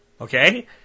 Okay